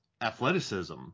athleticism